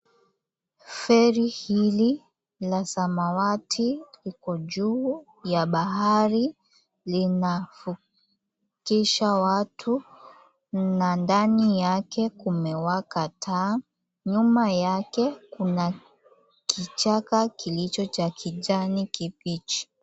Feri hili la samawati iko juu ya bahari linavukisha watu, na ndani yake kumewaka taa. Nyuma yake kuna kichaka kilicho cha kijani kibichi.